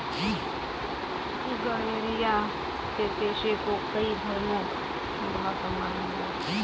गरेड़िया के पेशे को कई धर्मों में बहुत सम्मान मिला है